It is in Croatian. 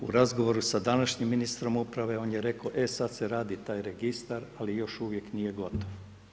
U razgovoru sa današnjim ministrom uprave on je rekao, e sad se radi taj registra ali još uvijek nije gotov.